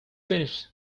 finished